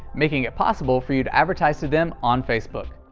making it possible for you to advertise to them on facebook.